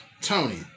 Tony